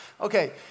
Okay